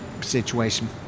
situation